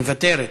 מוותרת.